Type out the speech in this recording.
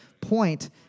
point